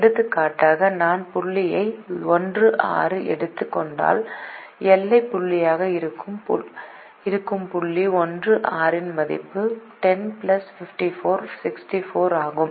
எடுத்துக்காட்டாக நான் புள்ளியை 1 6 எடுத்துக் கொண்டால் எல்லை புள்ளியாக இருக்கும் புள்ளி 1 6 மதிப்பு 10 54 64 ஆகும்